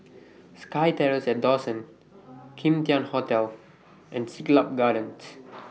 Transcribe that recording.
SkyTerrace At Dawson Kim Tian Hotel and Siglap Gardens